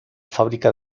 fábrica